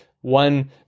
one